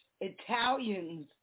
Italians